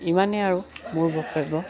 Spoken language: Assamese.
ইমানেই আৰু মোৰ বক্তব্য